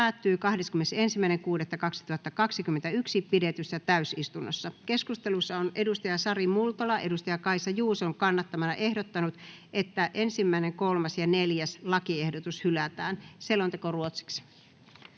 päättyi 21.6.2021 pidetyssä täysistunnossa. Keskustelussa on Sari Multala Kaisa Juuson kannattamana ehdottanut, että 1., 3. ja 4. lakiehdotus hylätään.